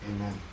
Amen